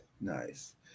nice